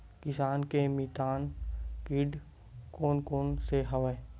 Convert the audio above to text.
किसान के मितान कीट कोन कोन से हवय?